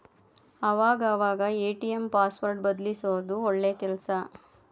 ಆವಾಗ ಅವಾಗ ATM password ಬದಲ್ಯಿಸೋದು ಒಳ್ಳೆ ಕೆಲ್ಸ